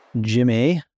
Jimmy